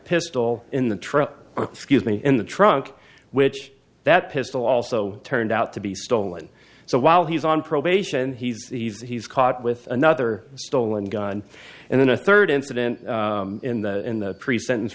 pistol in the trunk excuse me in the trunk which that pistol also turned out to be stolen so while he's on probation he's he's caught with another stolen gun and then a third incident in the in the pre sentence